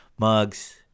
Mugs